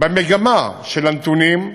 במגמה של הנתונים,